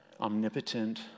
omnipotent